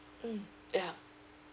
mm ya